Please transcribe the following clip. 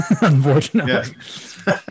unfortunately